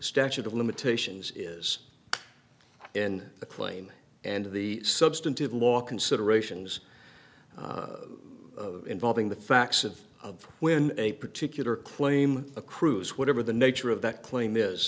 statute of limitations is in the claim and the substantive law considerations involving the facts of when a particular claim accrues whatever the nature of that claim is